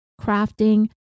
crafting